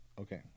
Okay